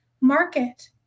market